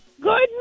Good